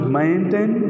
maintain